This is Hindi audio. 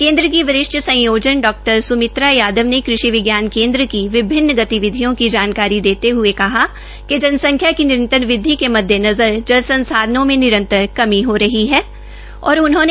केन्द्र की वरिष्ठ संयोजन डा सुमित्रा यादव ने कृषि विज्ञान केन्द्र की विभिन्न गतिविधियों की जानकारी दते वर्षा कमी होने और जनसंख्या की निरंतर वृद्वि के मद्देनज़र जल संसाधानों में निंतरत कमी हो रही कमी के बारे में बताया